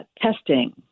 testing